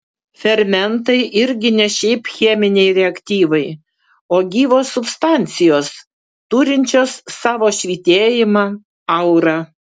fermentai irgi ne šiaip cheminiai reaktyvai o gyvos substancijos turinčios savo švytėjimą aurą